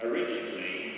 Originally